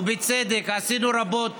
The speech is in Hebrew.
ובצדק, עשינו רבות